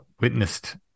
witnessed